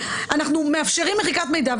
אנחנו מאפשרים מחיקת מידע,